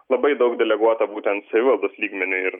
labai daug deleguota būtent savivaldos lygmeniu ir